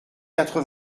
quatre